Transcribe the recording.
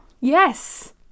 Yes